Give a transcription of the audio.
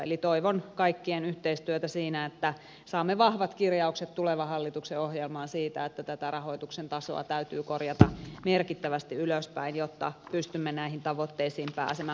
eli toivon kaikkien yhteistyötä siinä että saamme vahvat kirjaukset tulevan hallituksen ohjelmaan siitä että tätä rahoituksen tasoa täytyy korjata merkittävästi ylöspäin jotta pystymme näihin tavoitteisiin pääsemään